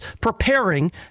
preparing